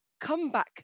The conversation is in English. comeback